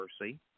Mercy